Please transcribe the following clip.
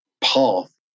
path